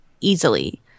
easily